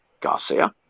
Garcia